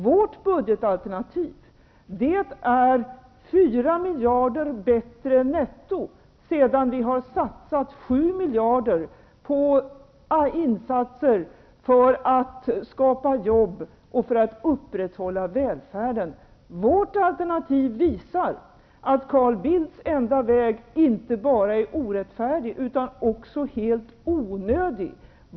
Vårt budgetalternativ är 4 miljarder bättre netto sedan vi har satsat 7 miljarder på insatser för att skapa jobb och för att upprätthålla välfärden. Vårt alternativ visar att Carl Bildts enda väg inte bara är orättfärdig utan också helt onödig.